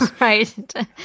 Right